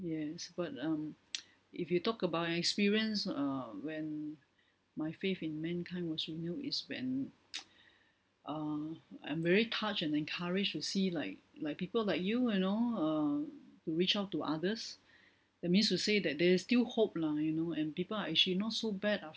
yes but um if you talk about an experience err when my faith in mankind was renewed is when uh I'm very touch and encouraged to see like like people like you you know uh who reach out to others that means to say that there's still hope lah you know and people are actually not so bad after